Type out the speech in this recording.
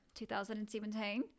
2017